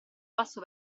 passo